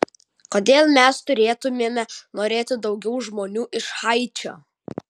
kodėl mes turėtumėme norėti daugiau žmonių iš haičio